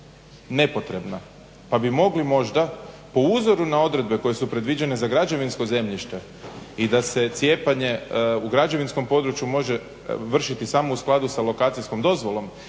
nepotrebna pa bi mogli možda na uzoru na odredbe koje su predviđene za građevinsko zemljište i da se cijepanje u građevinskom području može vršiti samo u skladu sa lokacijskom dozvolom